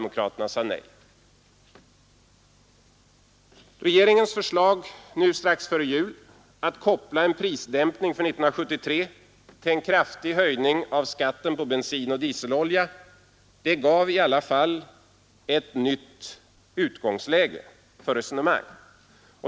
Men Regeringens förslag strax före jul att koppla en prisdämpning för 1973 till en kraftig höjning av skatten på bensin och dieselolja gav i alla fall ett nytt utgångsläge för resonemang.